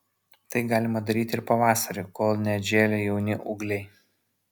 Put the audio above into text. tai galima daryti ir pavasarį kol neatžėlę jauni ūgliai